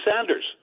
Sanders